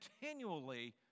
continually